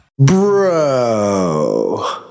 Bro